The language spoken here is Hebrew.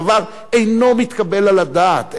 הדבר אינו מתקבל על הדעת.